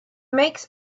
makes